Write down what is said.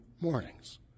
mornings